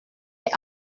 est